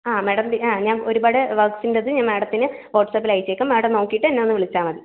ആ മേഡം പിന്നെ ഞ ഒരുപാട് വർക്ക്സുണ്ട് അത് ഞാൻ മാഡത്തിന് വാട്സപ്പില് അയച്ചേക്കാം മാഡം നോക്കീട്ട് എന്നെ ഒന്ന് വിളിച്ചാൽ മതി